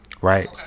right